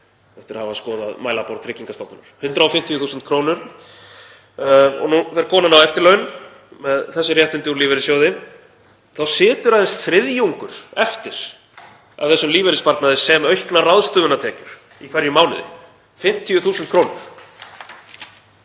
eftir að hafa skoðað mælaborð Tryggingastofnunar, 150.000 kr. Nú fer konan á eftirlaun með þessi réttindi úr lífeyrissjóði. Þá situr aðeins þriðjungur eftir af þessum lífeyrissparnaði sem auknar ráðstöfunartekjur í hverjum mánuði, 50.000 kr.